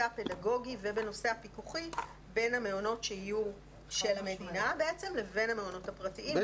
הפדגוגי ובנושא הפיקוחי בין המעונות שיהיו של המדינה לבין המעונות הפרטיים,